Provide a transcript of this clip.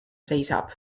seisab